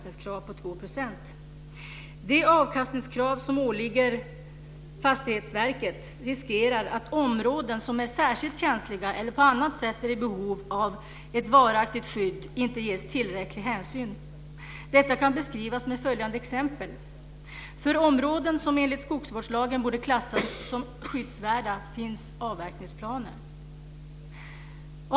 Det avkastningskrav som åligger Fastighetsverket innebär risk för att områden som är särskilt känsliga eller på annat sätt är i behov av ett varaktigt skydd inte får tillräcklig hänsyn. Detta kan beskrivas med följande exempel: · För områden som enligt skogsvårdslagen borde klassas som skyddsvärda finns avverkningsplaner.